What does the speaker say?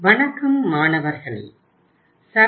வணக்கம் மாணவர்களே